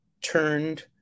turned